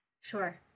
sure